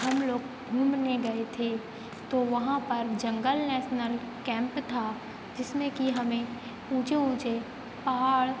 हम लोग घूमने गए थे तो वहाँ पर जंगल नेशनल कैंप था जिसमें कि हमें ऊँचे ऊँचे पहाड़